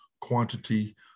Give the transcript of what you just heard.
quantity